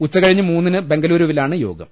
ഉച്ചകഴിഞ്ഞ് മൂന്നിന് ബെങ്കലൂരുവിലാണ് യോഗം